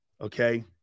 Okay